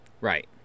Right